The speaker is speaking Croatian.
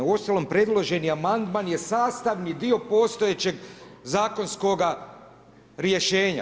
Uostalom, predloženi amandman je sastavni dio postojećeg zakonskoga rješenja.